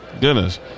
Goodness